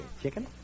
chicken